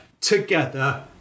together